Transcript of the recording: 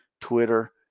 Twitter